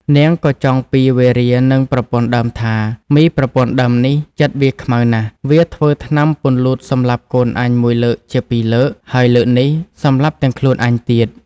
នាងក៏ចងពៀរវេរានឹងប្រពន្ធដើមថា "មីប្រពន្ធដើមនេះ ចិត្តវាខ្មៅណាស់ វាធ្វើថ្នាំពន្លូតសម្លាប់កូនអញមួយលើកជាពីរលើក ហើយលើកនេះ សម្លាប់ទាំងខ្លួនអញទៀត"។